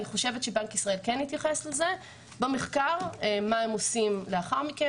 אני חושבת שבנק ישראל כן התייחס לזה במחקר ומה הם עושים לאחר מכן.